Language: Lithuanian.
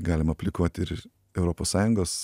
galima aplikuot ir europos sąjungos